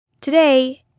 Today